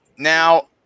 Now